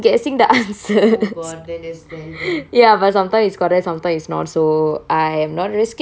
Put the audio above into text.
ya but sometimes it's correct sometimes it's not so I am not risking it I just find out the answers myself ya